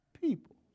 people